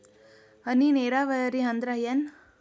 ಹನಿ ನೇರಾವರಿ ಅಂದ್ರ ಏನ್?